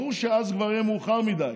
ברור שאז כבר יהיה מאוחר מדי.